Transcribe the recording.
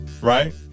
Right